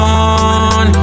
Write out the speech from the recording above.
on